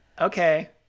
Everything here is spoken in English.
okay